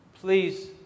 please